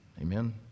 Amen